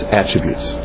attributes